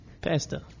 Pasta